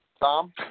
Tom